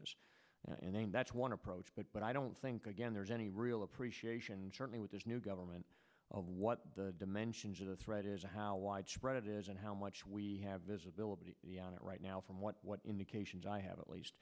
this and then that's one approach but but i don't think again there's any real appreciation certainly with this new government of what the dimensions of the threat is and how widespread it is and how much we have visibility on it right now from what indications i have at least